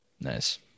Nice